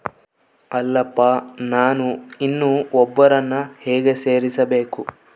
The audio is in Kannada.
ಅಲ್ಲಪ್ಪ ನಾನು ಇನ್ನೂ ಒಬ್ಬರನ್ನ ಹೇಗೆ ಸೇರಿಸಬೇಕು?